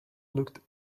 looked